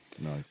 Nice